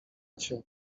cię